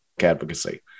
advocacy